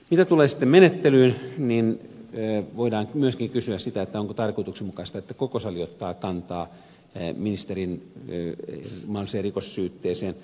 mitä tulee sitten menettelyyn niin voidaan myöskin kysyä sitä onko tarkoituksenmukaista että koko sali ottaa kantaa ministerin mahdolliseen rikossyytteeseen